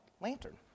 lantern